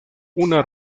una